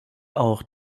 auch